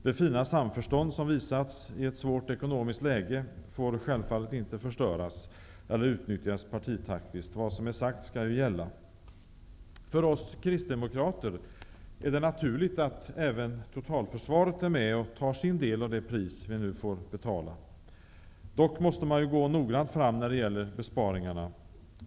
Det fina samförstånd som visats i ett svårt ekonomiskt läge får självfallet inte förstöras eller utnyttjas partitaktiskt. Vad som är sagt skall gälla. För oss kristdemokrater är det naturligt att även totalförsvaret är med och tar sin del av det pris som vi nu får betala. Dock måste man gå noggrant fram när det gäller besparingarna.